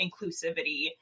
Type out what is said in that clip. inclusivity